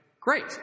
great